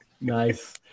Nice